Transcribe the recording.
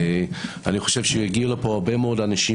אני חושב שהגיעו לפה הרבה מאוד אנשים